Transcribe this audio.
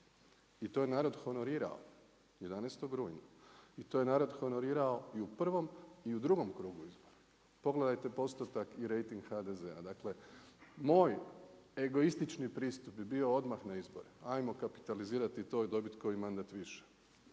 i to je narod honorirao 11. rujna i to je narod honorirao i u prvom i u drugom krugu izbora. Pogledajte postotak i rejting HDZ-a. Dakle, moj egoističan pristup bi bio odmah na izbore, hajmo kapitalizirati to i dobiti koji mandat više.